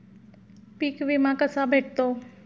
पीक विमा कसा भेटतो?